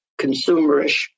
consumerish